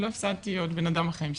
אני לא הפסדתי עוד בן אדם מהחיים שלי.